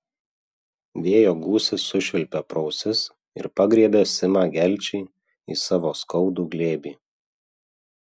vėjo gūsis sušvilpė pro ausis ir pagriebė simą gelčį į savo skaudų glėbį